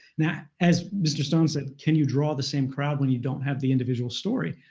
now as mr. stone said, can you draw the same crowd when you don't have the individual story,